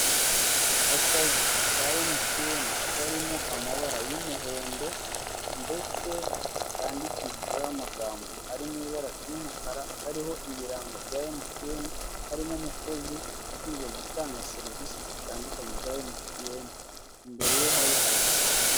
Akazu ka MTN karimo amabara y'umuhondo ndetse kandikishijeho amagambo ari mu ibara ry'umukara, hariho ibirango bya MTN, harimo umukozi ushinzwa gutanga serivisi zitandukanye za MTN, imbere ye hari abakiriya.